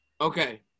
Okay